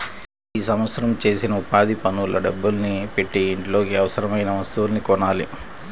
ఈ సంవత్సరం చేసిన ఉపాధి పనుల డబ్బుల్ని పెట్టి ఇంట్లోకి అవసరమయిన వస్తువుల్ని కొనాలి